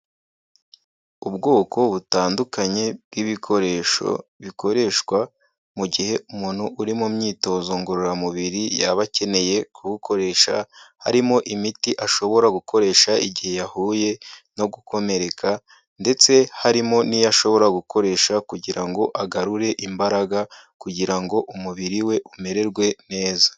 Ubwoko butandukanye bw'ibikoresho bikoreshwa mu gihe umuntu uri mu myitozo ngororamubiri yaba akeneye kubukoresha, harimo imiti ashobora gukoresha igihe yahuye no gukomereka ndetse harimo n'iyo ashobora gukoresha kugira ngo agarure imbaraga kugira ngo umubiri we umererwe neza.